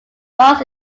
mars